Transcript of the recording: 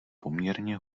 poměrně